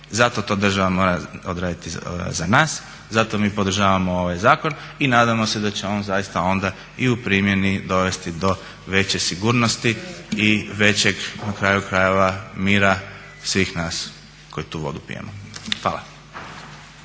Zato to država mora odraditi za nas. Zato mi podržavamo ovaj zakon i nadamo se da će on zaista onda i u primjeni dovesti do veće sigurnosti i većeg na kraju krajeva mira svih nas koji tu vodu pijemo. Hvala.